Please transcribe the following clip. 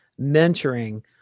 mentoring